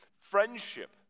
friendship